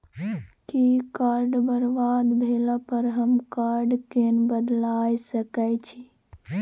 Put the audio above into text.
कि कार्ड बरबाद भेला पर हम कार्ड केँ बदलाए सकै छी?